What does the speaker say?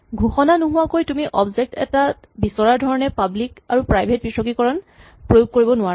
ঘোষণা নোহোৱাকৈ তুমি অবজেক্ট এটাত বিচৰা ধৰণে পাব্লিক আৰু প্ৰাইভেট পৃথকীকৰণ প্ৰয়োগ কৰিব নোৱাৰা